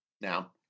Now